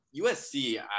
USC